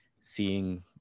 seeing